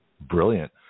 brilliant